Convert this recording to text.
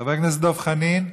חבר הכנסת דב חנין?